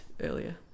earlier